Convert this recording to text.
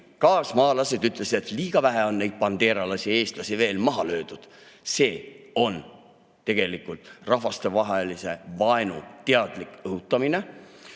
all kommentaariumis, et liiga vähe on neid bandeeralasi, eestlasi veel maha löödud. See on tegelikult rahvastevahelise vaenu teadlik õhutamine.